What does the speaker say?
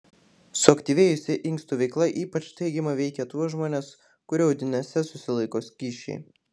suaktyvėjusi inkstų veikla ypač teigiamai veikia tuos žmones kurių audiniuose susilaiko skysčiai